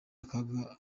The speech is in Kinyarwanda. akaga